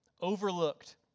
overlooked